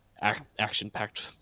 action-packed